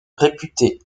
réputé